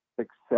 success